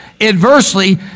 adversely